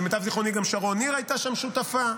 למיטב זיכרוני גם שרון ניר הייתה שם שותפה.